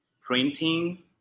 printing